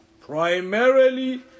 primarily